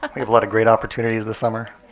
like we have a lot of great opportunities this summer